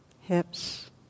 hips